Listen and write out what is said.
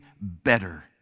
better